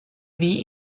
wie